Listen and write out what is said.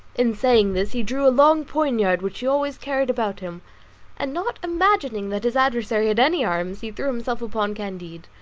in saying this he drew a long poniard which he always carried about him and not imagining that his adversary had any arms he threw himself upon candide